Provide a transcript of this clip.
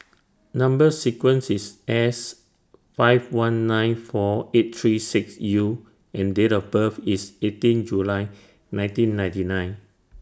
Number sequence IS S five one nine four eight three six U and Date of birth IS eighteen July nineteen ninety nine